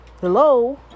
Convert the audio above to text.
Hello